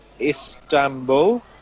Istanbul